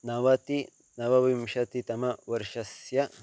नवतिः नवविंशतितमवर्षस्य